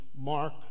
Mark